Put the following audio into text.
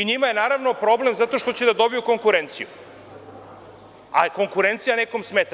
Njima je, naravno, problem što će da dobiju konkurenciju, a konkurencija nekome smeta.